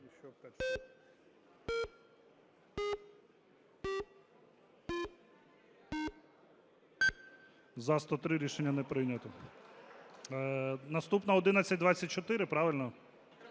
За-103 Рішення не прийнято. Наступна 1124, правильно?